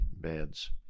beds